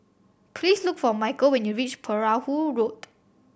please look for Mychal when you reach Perahu Road